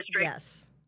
Yes